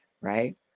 right